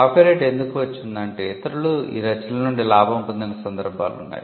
copyright ఎందుకు వచ్చిందంటే ఇతరులు ఈ రచనల నుండి లాభం పొందిన సందర్భాలు ఉన్నాయి